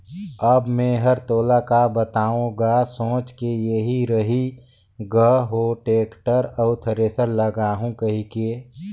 अब मे हर तोला का बताओ गा सोच के एही रही ग हो टेक्टर अउ थेरेसर लागहूँ कहिके